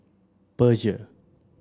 Peugeot